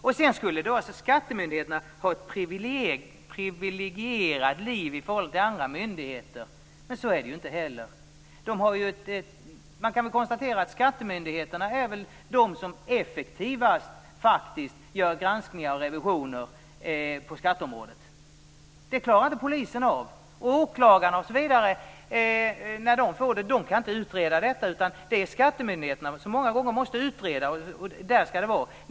Inte heller är det så att skattemyndigheterna skulle ha ett privilegierat liv i förhållande till andra myndigheter. Skattemyndigheterna är väl de som effektivast gör granskningar och revisioner på skatteområdet. Detta klarar inte polisen av. Åklagarna kan inte utreda detta, utan det är många gånger skattemyndigheterna som måste göra utredningarna, vilket de också skall göra.